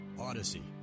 odyssey